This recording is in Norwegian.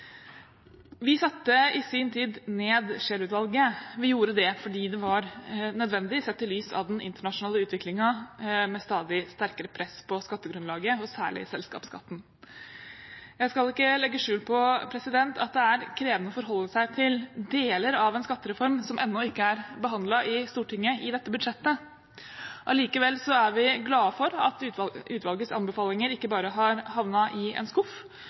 Vi satte i sin tid ned Scheel-utvalget. Vi gjorde det fordi det var nødvendig, sett i lys av den internasjonale utviklingen, med et stadig sterkere press på skattegrunnlaget og særlig selskapsskatten. Jeg skal ikke legge skjul på at det er krevende å forholde seg til deler av en skattereform som ennå ikke er behandlet i Stortinget i dette budsjettet. Allikevel er vi glade for at utvalgets anbefalinger ikke bare har havnet i en skuff,